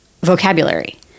vocabulary